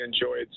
enjoyed